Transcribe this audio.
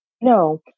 no